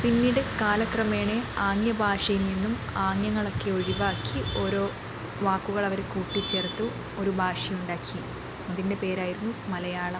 പിന്നീട് കാലക്രമേണേ ആംഗ്യ ഭാഷയിൽ നിന്നും ആംഗ്യങ്ങളൊക്കെ ഒഴിവാക്കി ഓരോ വാക്കുകൾ അവര് കൂട്ടിച്ചേർത്തു ഒരു ഭാഷ ഉണ്ടാക്കി അതിൻ്റെ പേരായിരുന്നു മലയാളം